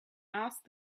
asked